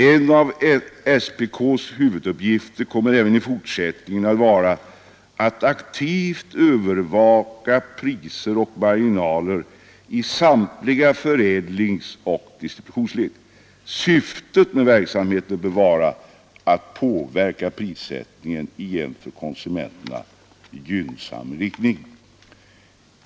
En av SPK:s huvuduppgifter kommer även i fortsättnigen att vara att aktivt övervaka priser och marginaler i samtliga förädlingsoch distributionsled. Syftet med verksamheten bör vara att påverka prissättningen i en för konsumenterna gynnsam riktning.